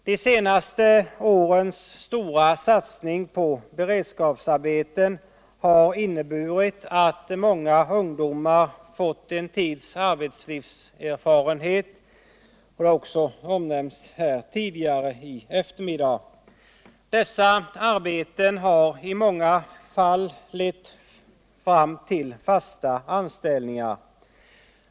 De senaste årens stora satsning på beredskapsarbeten har inneburit att många ungdomar fått en tids arbetstlivserfarenhet. Det har också omnämnts tidigare i eftermiddag. Dessa arbeten har i många fall lett till fasta anställningar.